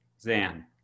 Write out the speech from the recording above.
Zan